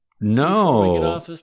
No